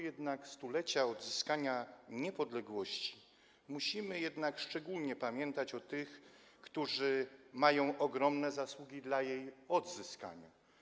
Jednak w roku stulecia odzyskania niepodległości musimy szczególnie pamiętać o tych, którzy mają ogromne zasługi dla jej odzyskania.